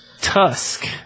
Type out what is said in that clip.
Tusk